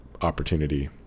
opportunity